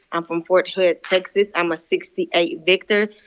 i'm from fort hood, texas. i'm a sixty eight victor,